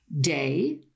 day